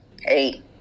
hey